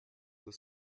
the